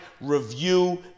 review